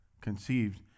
conceived